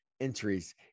entries